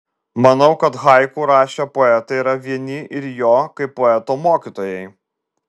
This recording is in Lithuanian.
manau kad haiku rašę poetai yra vieni ir jo kaip poeto mokytojai